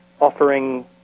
offering